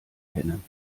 kennen